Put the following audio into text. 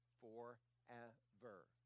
forever